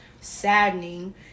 saddening